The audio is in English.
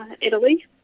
Italy